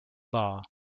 bar